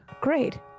great